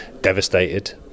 devastated